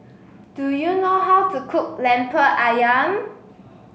do you know how to cook Lemper ayam